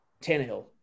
Tannehill